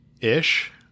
ish